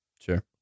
Sure